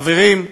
חברים,